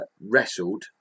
wrestled